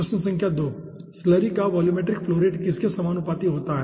प्रश्न संख्या 2 स्लरी का वोलूमेट्रिक फ्लो रेट किसके समानुपाती होता है